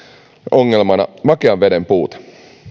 ongelmana makean veden puute